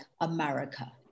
America